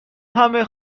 همه